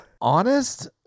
honest